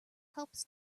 helps